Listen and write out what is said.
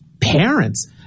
parents